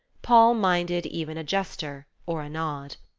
poll minded even a gesture or a nod.